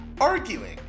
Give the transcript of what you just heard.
arguing